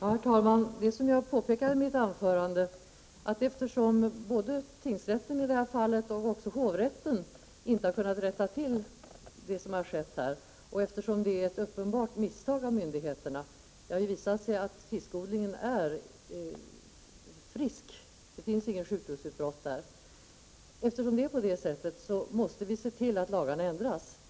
Herr talman! Som jag påpekade i mitt anförande har varken tingsrätten eller hovrätten kunnat rätta till vad som skett, trots att det har gjorts ett uppenbart misstag av myndigheterna. Det har ju visat sig att fiskodlingen är frisk; det finns inget sjukdomsutbrott där. Därför måste vi se till att lagarna ändras.